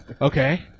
Okay